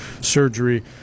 surgery